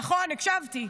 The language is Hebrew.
נכון, הקשבתי.